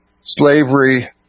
Slavery